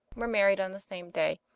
were married on the same day,